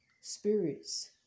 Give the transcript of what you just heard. spirits